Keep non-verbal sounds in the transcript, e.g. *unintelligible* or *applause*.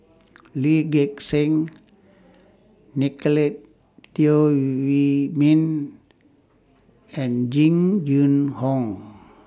Lee Gek Seng Nicolette Teo *unintelligible* Wei Min and Jing Jun Hong